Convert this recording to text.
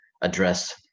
address